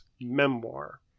memoir